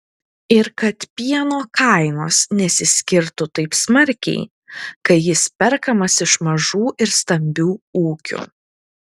ir kad pieno kainos nesiskirtų taip smarkiai kai jis perkamas iš mažų ir stambių ūkių